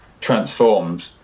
transformed